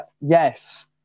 Yes